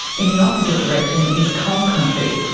in the opposite direction is coal country.